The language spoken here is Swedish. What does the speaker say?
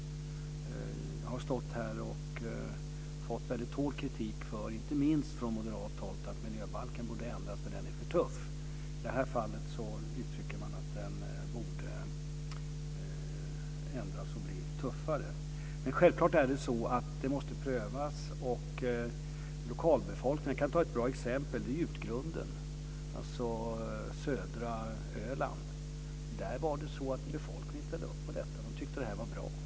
Jag har stått här och fått väldigt hård kritik, inte minst från moderat håll, för att miljöbalken är för tuff och därför borde ändras. I det här fallet uttrycker man att den borde ändras och bli tuffare. Men självklart måste det ske en prövning. När det gäller lokalbefolkningen kan jag ta ett bra exempel, nämligen Utgrunden på södra Öland. Där ställde befolkningen upp på detta och tyckte att det var bra.